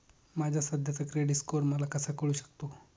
माझा सध्याचा credit score मला कसा कळू शकतो?